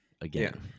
Again